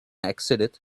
exited